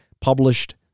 published